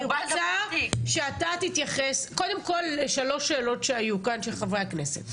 אני רוצה שאתה תתייחס קודם כל לשלוש שאלות שהיו כאן של חברי הכנסת.